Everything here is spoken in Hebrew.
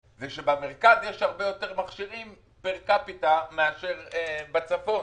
זה שבמרכז יש הרבה יותר מכשירים פר בן אדם מאשר בצפון.